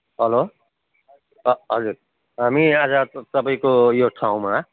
hello ह हजुर हामी आज तपाईँको यो ठाउँमा